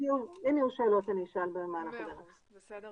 אני אשמח